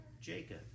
Jacob